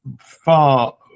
far